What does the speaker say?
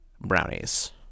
brownies